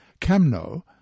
Camno